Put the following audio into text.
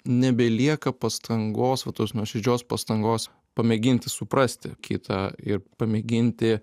nebelieka pastangos va tos nuoširdžios pastangos pamėginti suprasti kitą ir pamėginti